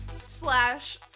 slash